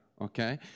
okay